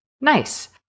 nice